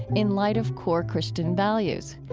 in light of core christian values.